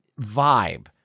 vibe